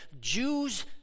Jews